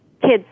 kids